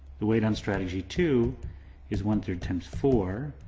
the wait on strategy two is one third times four,